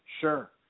Sure